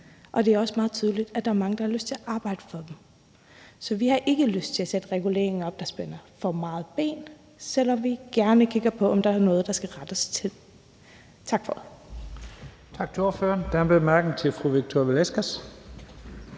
og at det også er meget tydeligt, at der er mange, der har lyst til at arbejde for dem. Så vi har ikke lyst til at sætte reguleringer, der spænder for meget ben, op, selv om vi gerne kigger på, om der er noget, der skal rettes til. Tak for ordet. Kl. 12:28 Første næstformand (Leif Lahn Jensen):